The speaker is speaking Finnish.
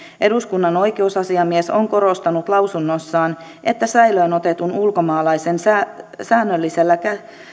eduskunnan oikeusasiamies on korostanut lausunnossaan että säilöön otetun ulkomaalaisen osalta säännöllisellä